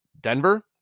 Denver